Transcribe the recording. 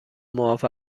معاف